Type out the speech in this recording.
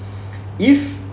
if